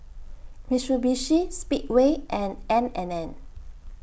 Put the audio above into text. Mitsubishi Speedway and N and N